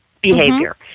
behavior